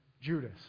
Judas